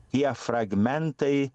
tie fragmentai